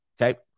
Okay